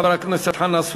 חבר הכנסת חנא סוייד,